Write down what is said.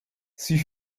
sie